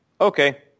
Okay